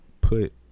put